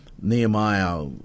Nehemiah